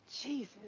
Jesus